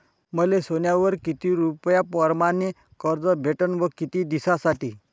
मले सोन्यावर किती रुपया परमाने कर्ज भेटन व किती दिसासाठी?